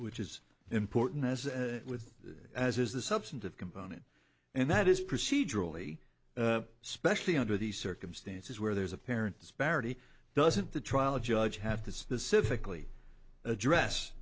which is important as with the as is the substantive component and that is procedurally specially under the circumstances where there's a parent disparity doesn't the trial judge have to specifically address